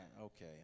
okay